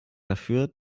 dafür